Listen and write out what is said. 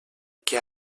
que